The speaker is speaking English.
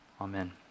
Amen